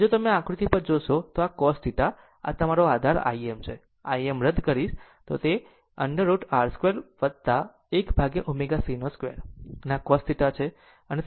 અને જો તમે આ આકૃતિ પર જોશો તો cos θ આ મારો આધાર Im છે Im રદ કરીશ √ over R 2 1 upon ω c 2 આ cos θ છે